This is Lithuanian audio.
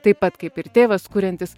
taip pat kaip ir tėvas kuriantis